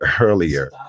earlier